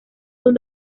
son